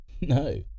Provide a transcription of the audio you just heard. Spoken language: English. No